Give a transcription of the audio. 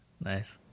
Nice